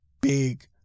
big